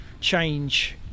change